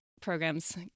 programs